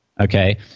Okay